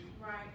Right